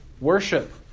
worship